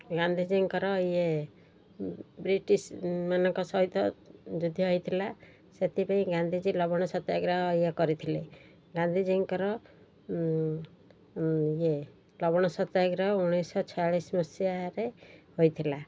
ଗାନ୍ଧୀଜୀଙ୍କର ଇଏ ବ୍ରିଟିଶ୍ମାନଙ୍କ ସହିତ ଯୁଦ୍ଧ ହୋଇଥିଲା ସେଥିପାଇଁ ଗାନ୍ଧୀଜୀ ଲବଣ ସତ୍ୟାଗ୍ରହ ଇଏ କରିଥିଲେ ଗାନ୍ଧୀଜୀଙ୍କର ଇଏ ଲବଣ ସତ୍ୟାଗ୍ରହ ଉଣେଇଶହ ଛୟାଳିଶ ମସିହାରେ ହୋଇଥିଲା